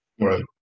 Right